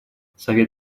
совет